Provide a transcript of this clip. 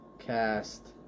cast